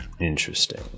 Interesting